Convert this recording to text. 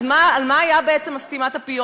אז על מה הייתה בעצם סתימת הפיות?